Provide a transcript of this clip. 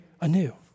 anew